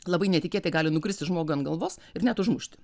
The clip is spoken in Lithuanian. labai netikėtai gali nukristi žmogui ant galvos ir net užmušti